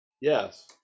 Yes